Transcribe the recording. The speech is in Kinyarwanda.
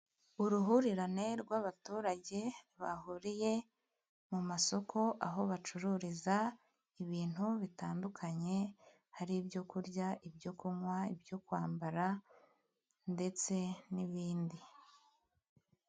Uruhurirane rw'abaturage bahuriye mu masoko, aho bacururiza ibintu bitandukanye, hari ibyo kurya ibyo kunwa ibyo kwambara, ndetse n'ibindi.